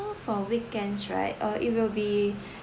for weekends right uh it will be